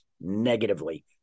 negatively